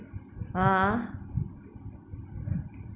ah